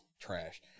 trash